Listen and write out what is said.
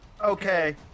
Okay